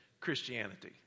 Christianity